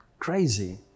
crazy